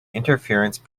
interference